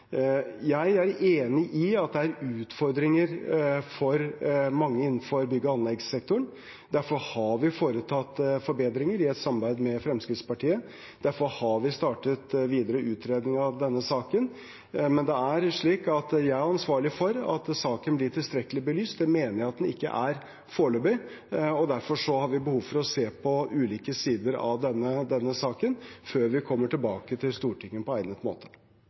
Jeg er enig i at det er utfordringer for mange innenfor bygg- og anleggssektoren. Derfor har vi foretatt forbedringer i et samarbeid med Fremskrittspartiet. Derfor har vi startet videre utredning av denne saken. Men jeg er ansvarlig for at saken blir tilstrekkelig belyst. Det mener jeg at den ikke er foreløpig. Derfor har vi behov for å se på ulike sider av denne saken før vi kommer tilbake til Stortinget på egnet måte.